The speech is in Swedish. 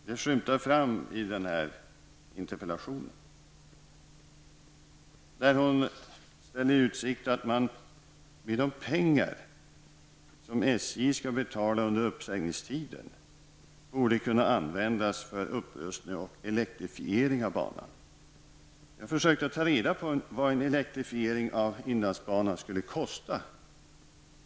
Det skymtar fram i interpellationen, där hon ställer i utsikt att man med de pengar som SJ skall betala under uppsägningstiden skulle kunna upprusta och elektrifiera banan. Jag försökte ta reda på vad en elektrifiering av inlandsbanan skulle kosta.